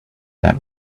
that